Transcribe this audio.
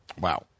Wow